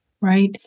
Right